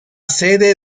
sede